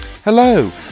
Hello